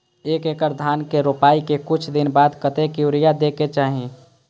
एक एकड़ धान के रोपाई के कुछ दिन बाद कतेक यूरिया दे के चाही?